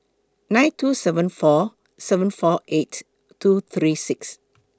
nine two seven four seven four eight two three six